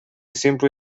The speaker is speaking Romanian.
simplu